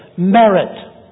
Merit